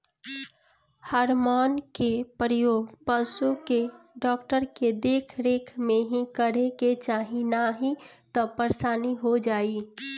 hormone के प्रयोग पशु के डॉक्टर के देख रेख में ही करे के चाही नाही तअ परेशानी हो जाई